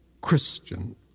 Christian